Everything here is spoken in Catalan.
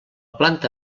planta